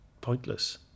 pointless